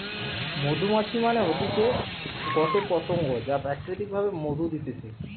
মধুমাছি মানে হতিছে গটে পতঙ্গ যা প্রাকৃতিক ভাবে মধু দিতেছে